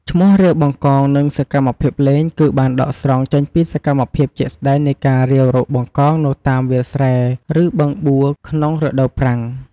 ឈ្មោះ រាវបង្កង និងសកម្មភាពលេង គឺបានដកស្រង់ចេញពីសកម្មភាពជាក់ស្តែងនៃការរាវរកបង្កងនៅតាមវាលស្រែ ឬបឹងបួរក្នុងរដូវប្រាំង។